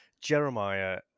Jeremiah